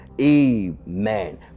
Amen